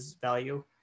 value